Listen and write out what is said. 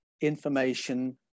information